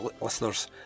listeners